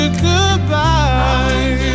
goodbye